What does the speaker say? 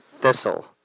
Thistle